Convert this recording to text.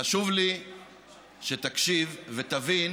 חשוב לי שתקשיב ותבין